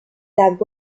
that